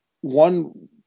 one